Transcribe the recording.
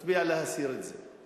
מצביע להסיר את זה.